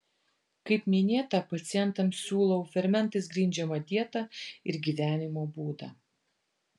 kaip minėta pacientams siūlau fermentais grindžiamą dietą ir gyvenimo būdą